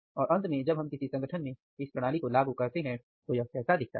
और अंत में जब हम किसी संगठन में इस प्रणाली को लागू करते हैं तो यह कैसा दिखता है